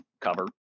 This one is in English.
Cover